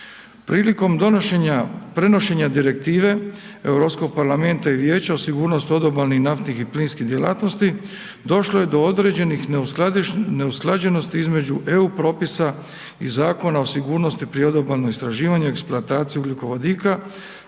prenošenja Direktive Europskog parlamenta i vijeća o sigurnosti odobalnih naftnih i plinskih djelatnosti došlo je do određenih neusklađenosti između EU propisa i Zakona o sigurnosti pri odobalno istraživanje i eksploataciji ugljikovodika,